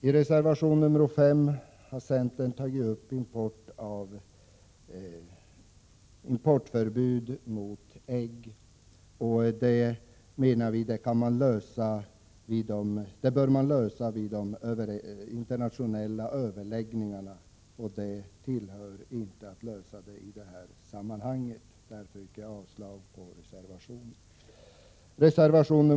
I reservation 5 har centern tagit upp frågan om förbud mot import av ägg. Detta är en fråga som bör lösas vid de internationella överläggningarna och inte i detta sammanhang. Därför yrkar jag avslag på den reservationen.